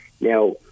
Now